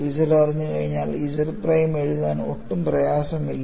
Z അറിഞ്ഞുകഴിഞ്ഞാൽ Z prime എഴുതാൻ ഒട്ടും പ്രയാസമില്ല